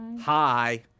Hi